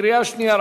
בקריאה שנייה.